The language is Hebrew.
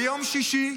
ביום שישי.